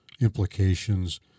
implications